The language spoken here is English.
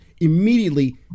immediately